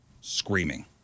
screaming